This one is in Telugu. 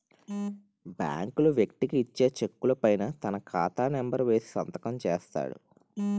బ్యాంకులు వ్యక్తికి ఇచ్చే చెక్కుల పైన తన ఖాతా నెంబర్ వేసి సంతకం చేస్తాడు